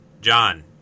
John